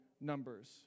numbers